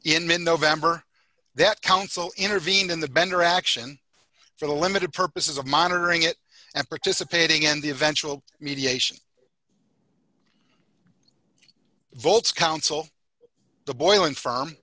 in mid november that council intervened in the bender action for the limited purposes of monitoring it and participating in the eventual mediation voltz counsel the boiling f